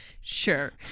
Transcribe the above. Sure